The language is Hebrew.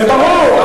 זה ברור.